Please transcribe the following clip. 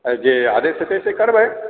जे आदेश होयतै से करबै